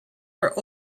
were